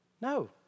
No